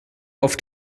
auf